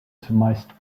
zumeist